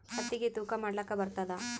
ಹತ್ತಿಗಿ ತೂಕಾ ಮಾಡಲಾಕ ಬರತ್ತಾದಾ?